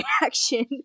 reaction